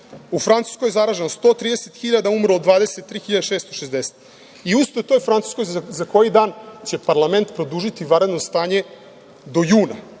U Francuskoj zaraženo 130.000 hiljada, umrlo 23.660 i u istoj toj Francuskoj za koji dan će parlament produžiti vanredno stanje do juna.